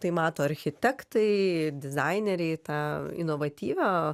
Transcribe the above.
tai mato architektai dizaineriai tą inovatyvią